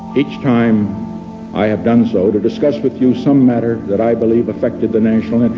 each time i have done so to discuss with you some matter that i believe affected the national and